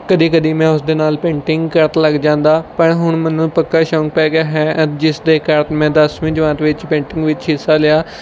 ਕਦੀ ਕਦੀ ਮੈਂ ਉਸ ਦੇ ਨਾਲ ਪੇਂਟਿੰਗ ਕਰਨ ਲੱਗ ਜਾਂਦਾ ਪਰ ਹੁਣ ਮੈਨੂੰ ਪੱਕਾ ਸ਼ੌਂਕ ਪੈ ਗਿਆ ਹੈ ਜਿਸ ਦੇ ਕਾਰਨ ਮੈਂ ਦਸਵੀਂ ਜਮਾਤ ਵਿੱਚ ਪੇਂਟਿੰਗ ਵਿੱਚ ਹਿੱਸਾ ਲਿਆ